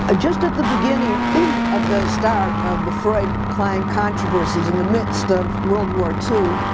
ah just at the beginning of the start of the freud client controversies in the midst of world war two,